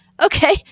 Okay